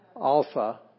Alpha